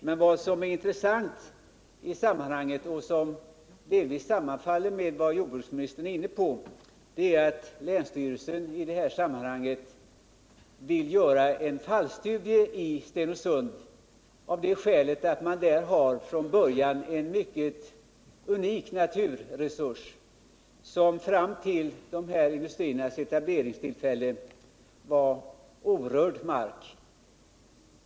Men vad som är intressant i sammanhanget och som delvis sammanfaller med vad jordbruksministern är inne på är att länsstyrelsen vill göra en studie i Stenungsund av det skälet att man där från början hade en unik naturresurs. Fram till etableringen av dessa industrier hade man här orörd mark.